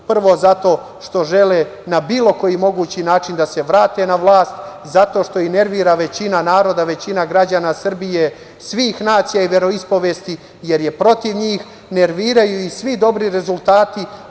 Prvo, zato što žele na bilo koji mogući način da se vrate na vlast, zato što ih nervira većina naroda, većina građana Srbije svih nacija i veroispovesti, jer je protiv njih, nerviraju ih svi dobri rezultati.